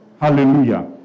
Hallelujah